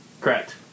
Correct